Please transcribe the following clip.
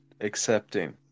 accepting